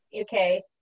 okay